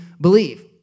believe